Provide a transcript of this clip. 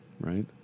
right